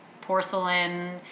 porcelain